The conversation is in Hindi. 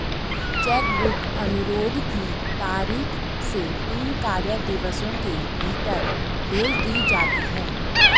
चेक बुक अनुरोध की तारीख से तीन कार्य दिवसों के भीतर भेज दी जाती है